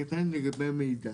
קטן לגבי המידע.